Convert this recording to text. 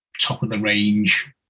top-of-the-range